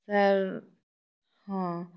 sir ହଁ